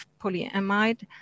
polyamide